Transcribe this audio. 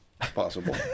Possible